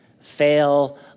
Fail